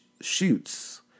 shoots